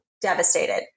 devastated